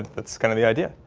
that's kind of the idea.